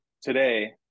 today